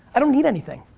i don't need anything,